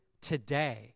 today